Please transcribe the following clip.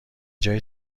جای